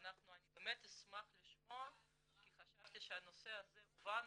אני באמת אשמח לשמוע כי חשבתי שהנושא הזה הובן,